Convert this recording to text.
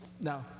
Now